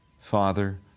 Father